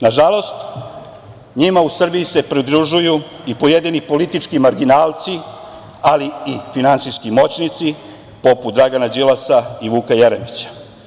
Nažalost, njima u Srbiji se pridružuju i pojedini politički marginalci, ali i finansijski moćnici poput Dragana Đilasa i Vuka Jeremića.